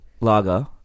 lager